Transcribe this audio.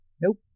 nope